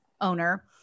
owner